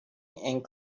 and